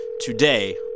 Today